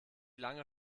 lange